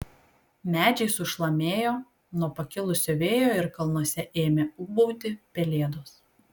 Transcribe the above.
medžiai sušlamėjo nuo pakilusio vėjo ir kalnuose ėmė ūbauti pelėdos